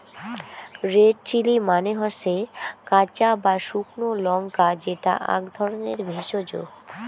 red chilli মানে হসে কাঁচা বা শুকনো লঙ্কা যেটা আক ধরণের ভেষজ